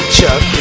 Chuck